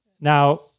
now